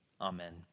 Amen